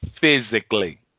physically